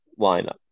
lineup